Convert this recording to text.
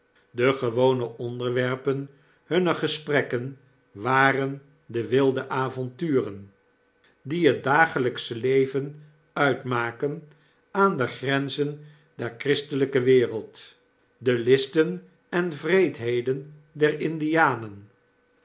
de gewone onderwerpen hunner gesprekken waren de wilde avonturen die het dagelyksch leven uitmaken aan de grenzen der christelgke wereld de listen en wreedheden der indianen